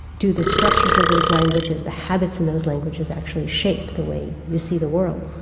do the structures of those languages, the habits in those languages actually shape the way you see the world?